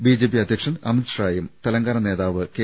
B J P അധ്യക്ഷൻ അമിത്ഷായും Telangana നേതാവ് കെ